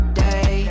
day